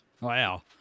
Wow